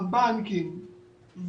הבנקים,